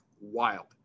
wild